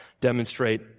demonstrate